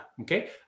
Okay